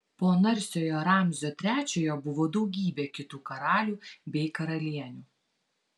po narsiojo ramzio trečiojo buvo daugybė kitų karalių bei karalienių